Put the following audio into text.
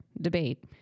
debate